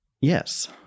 Yes